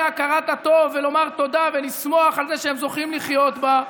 הכרת הטוב ולומר תודה ולשמוח על זה שהם זוכים לחיות בה.